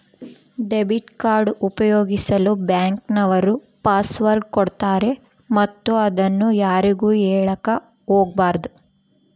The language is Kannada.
ಡೆಬಿಟ್ ಕಾರ್ಡ್ ಉಪಯೋಗಿಸಲು ಬ್ಯಾಂಕ್ ನವರು ಪಾಸ್ವರ್ಡ್ ಕೊಡ್ತಾರೆ ಮತ್ತು ಅದನ್ನು ಯಾರಿಗೂ ಹೇಳಕ ಒಗಬಾರದು